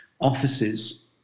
offices